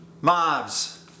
mobs